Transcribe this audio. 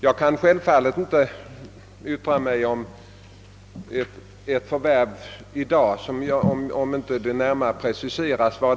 Jag kan självfallet inte i dag yttra mig om ett visst förvärv, om inte omständigheterna närmare preciseras.